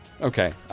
Okay